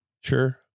sure